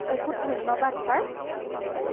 বহুত ধন্যবাদ ছাৰ